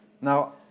Now